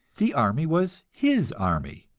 the army was his army,